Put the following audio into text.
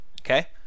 Okay